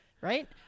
right